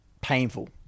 painful